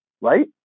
right